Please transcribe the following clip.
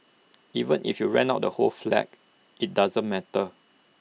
even if you rent out the whole flat IT doesn't matter